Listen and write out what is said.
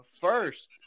First